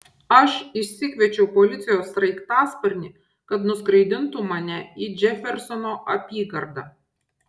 aš išsikviečiau policijos sraigtasparnį kad nuskraidintų mane į džefersono apygardą